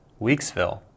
Weeksville